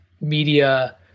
media